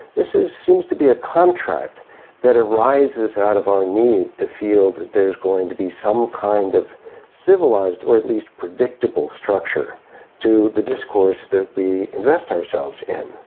this seems to be a contract that arises out of our need to feel that there's going to be some kind of civilised or at least predictable structure to the discourse that we invest ourselves in.